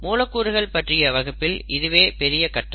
மூலக்கூறுகள் பற்றிய வகுப்பில் இதுவே பெரிய கற்றல்